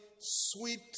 sweet